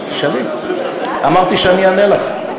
אז תשאלי, אמרתי שאני אענה לך.